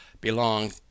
belong